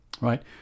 Right